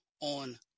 on